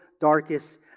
darkest